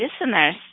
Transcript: listeners